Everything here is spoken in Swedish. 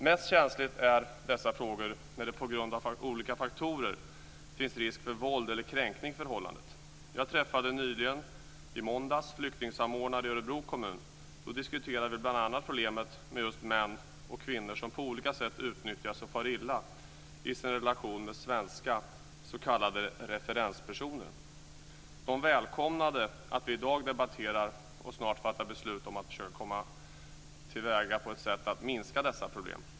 Mest känsliga är dessa frågor när det på grund av olika faktorer finns risk för våld eller kränkning i förhållandet. Jag träffade nyligen, i måndags, flyktingsamordnare i Örebro kommun. Då diskuterade vi bl.a. problemet med män och kvinnor som på olika sätt utnyttjas och far illa i sin relation med svenska s.k. referenspersoner. De välkomnar att vi i dag debatterar det här och snart fattar beslut om att försöka minska dessa problem.